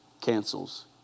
cancels